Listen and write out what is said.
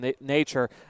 nature